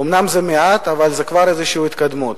אומנם זה מעט, אבל זה כבר איזושהי התקדמות.